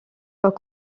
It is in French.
pas